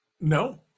No